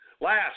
Last